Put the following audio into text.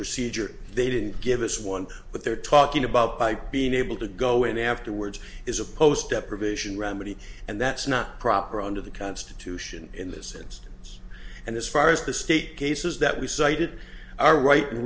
procedure they didn't give us one but they're talking about bike being able to go in afterwards is a post deprivation remedy and that's not proper under the constitution in this instance and as far as the state cases that we cited are ri